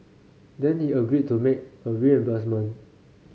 then he agreed to make a reimbursement